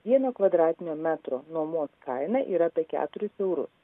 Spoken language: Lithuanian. vieno kvadratinio metro nuomos kaina yra apie keturis eurus